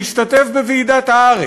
להשתתף בוועידת "הארץ".